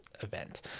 event